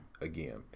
again